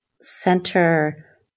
center